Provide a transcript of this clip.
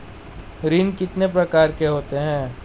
ऋण कितने प्रकार के होते हैं?